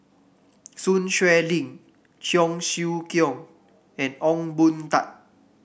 Sun Xueling Cheong Siew Keong and Ong Boon Tat